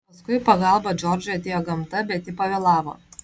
paskui į pagalbą džordžui atėjo gamta bet ji pavėlavo